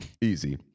Easy